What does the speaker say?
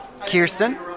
Kirsten